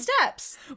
steps